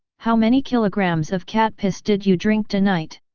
how many kilograms of cat piss did you drink tonight?